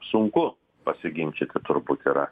sunku pasiginčyti turbūt yra